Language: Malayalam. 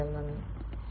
വളരെയധികം നന്ദി